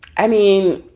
i mean